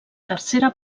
tercera